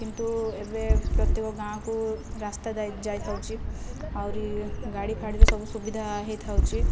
କିନ୍ତୁ ଏବେ ପ୍ରତ୍ୟେକ ଗାଁକୁ ରାସ୍ତା ଯାଇଥାଉଛି ଆହୁରି ଗାଡ଼ି ଫାଡ଼ିର ସବୁ ସୁବିଧା ହୋଇଥାଉଛି